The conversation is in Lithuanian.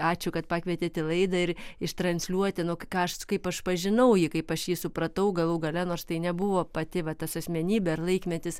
ačiū kad pakvietėt į laidą ir ištransliuoti nu ką aš kaip aš pažinau jį kaip aš jį supratau galų gale nors tai nebuvo pati va tas asmenybė ar laikmetis